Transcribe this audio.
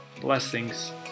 Blessings